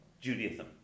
Judaism